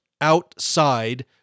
outside